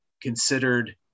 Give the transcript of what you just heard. considered